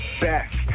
best